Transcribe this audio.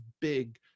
big